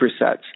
supersets